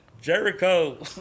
Jericho